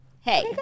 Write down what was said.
Hey